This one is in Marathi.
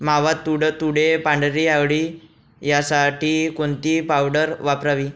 मावा, तुडतुडे, पांढरी अळी यासाठी कोणती पावडर वापरावी?